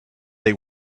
they